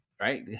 right